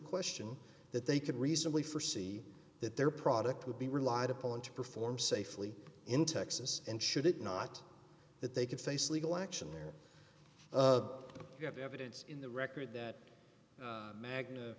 question that they could reasonably for see that their product would be relied upon to perform safely in texas and should it not that they could face legal action there you have evidence in the record that magna